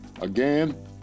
Again